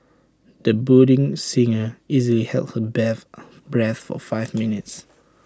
the budding singer easily held her breath for five minutes